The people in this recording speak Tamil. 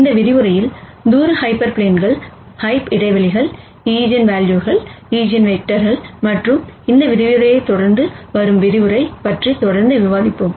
இந்த விரிவுரையில் தூரம் ஹைப்பர் பிளேன்கள் ஹாப்ஸ்பேஸ் ஈஜென்வெல்யூக்கள் மற்றும் ஈஜென்வெக்டர்கள் மற்றும் இந்த விரிவுரையைத் தொடர்ந்து விவாதிப்போம்